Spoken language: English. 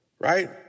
right